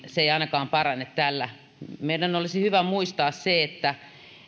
se ei ainakaan parane tällä meidän olisi hyvä muistaa se että